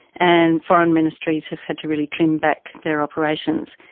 and foreign ministries have had to really trim back their operations.